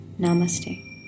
Namaste